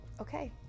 okay